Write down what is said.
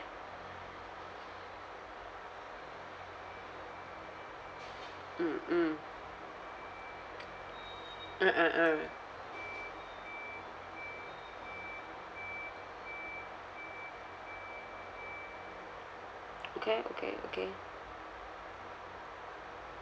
mm mm ah ah ah okay okay okay